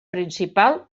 principal